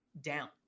down